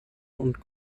und